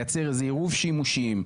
לייצר איזה עירוב שימושים,